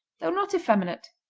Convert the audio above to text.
though not effeminate.